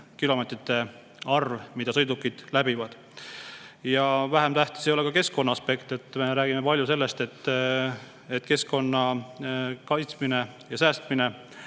kilomeetrite arv, mida sõidukid läbivad. Vähem tähtis ei ole ka keskkonnaaspekt. Me räägime palju sellest, et keskkonna kaitsmine ja säästmine